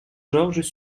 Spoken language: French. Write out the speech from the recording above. georges